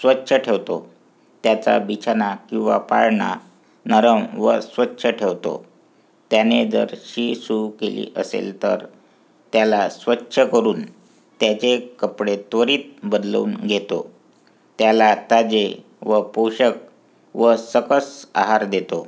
स्वच्छ ठेवतो त्याचा बिछाना किंवा पाळणा नरम व स्वच्छ ठेवतो त्याने जर शी शू केली असेल तर त्याला स्वच्छ करून त्याचे कपडे त्वरित बदलून घेतो त्याला ताजे व पोषक व सकस आहार देतो